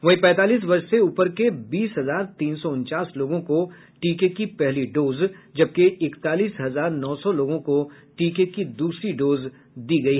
वहीं पैंतालीस वर्ष से ऊपर के बीस हजार तीन सौ उनचास लोगों को टीके की पहली डोज जबकि इकतालीस हजार नौ सौ लोगों को टीके की दूसरी डोज दी गयी